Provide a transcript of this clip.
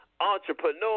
entrepreneur